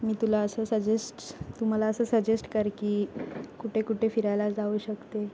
मी तुला असं सजेस्ट्स तू मला असं सजेस्ट कर की कुठे कुठे फिरायला जाऊ शकते